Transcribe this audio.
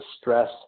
stress